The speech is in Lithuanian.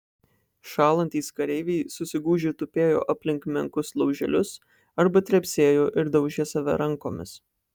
šąlantys kareiviai susigūžę tupėjo aplink menkus lauželius arba trepsėjo ir daužė save rankomis